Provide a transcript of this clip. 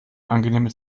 angenehme